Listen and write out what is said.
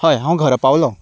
हय हांव घरा पावलों